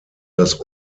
das